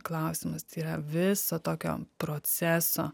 klausimas yra viso tokio proceso